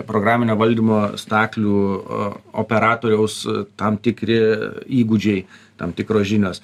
programinio valdymo staklių operatoriaus tam tikri įgūdžiai tam tikros žinios